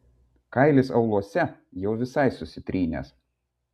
kailis auluose jau visai susitrynęs